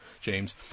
James